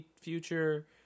Future